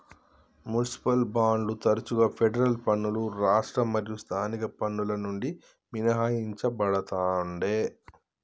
municipal బాండ్లు తరచుగా federal పన్నులు రాష్ట్ర మరియు స్థానిక పన్నుల నుండి మినహాయించబడతుండే